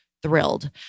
thrilled